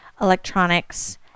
electronics